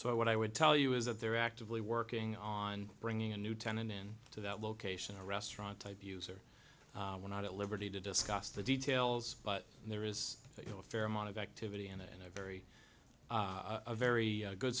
so i what i would tell you is that they're actively working on bringing a new tenant in to that location or restaurant type of use or we're not at liberty to discuss the details but there is you know a fair amount of activity and a very very good